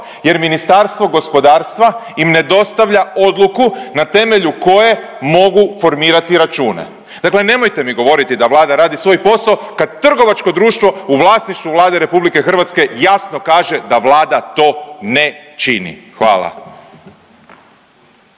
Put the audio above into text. jer Ministarstvo gospodarstva im ne dostavlja odluku na temelju koje mogu formirati račune. Dakle nemojte mi govoriti da Vlada radi svoj posao kad trgovačko društvo u vlasništvu Vlade RH jasno kaže da Vlada to ne čini. Hvala.